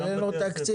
אבל אין לו תקציב.